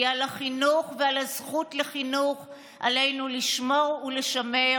כי על החינוך ועל הזכות לחינוך עלינו לשמור ולשמר.